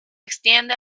extiende